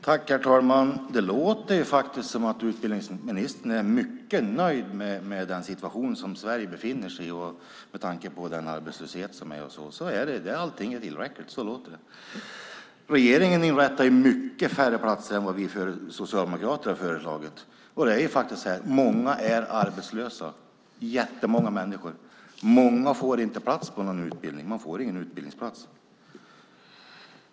Herr talman! Det låter faktiskt som att utbildningsministern är mycket nöjd med den situation som Sverige befinner sig i med tanke på arbetslösheten. Allting är tillräckligt. Så låter det. Regeringen inrättar färre platser än vi socialdemokrater har föreslagit. Många är arbetslösa. Många får inte plats på någon utbildning.